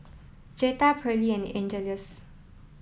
Jetta Perley and Angeles